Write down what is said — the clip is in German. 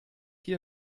hier